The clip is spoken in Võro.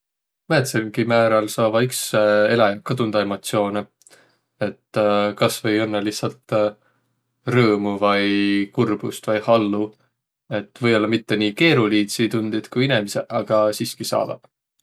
Määntselgi määräl saavaq iks eläjäq kah tundaq emotsiuunõ. Et kasvai õnnõ lihtsält rõõmu vai kurbust vai hallu. Et või-ollaq mitte nii keeroliidsi tundit, ku inemiseq, aga siski saavaq.